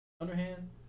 Underhand